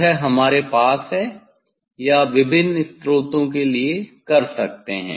वह हमारे पास है या विभिन्न स्रोतों के लिए कर सकते हैं